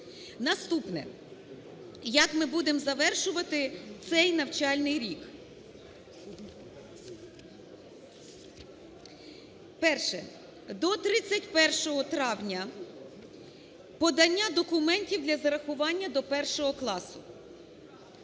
Наступне. Як ми будемо завершувати цей навчальний рік. Перше. До 31 травня подання документів для зарахування до 1-го класу.